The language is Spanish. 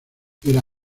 era